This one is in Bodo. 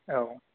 औ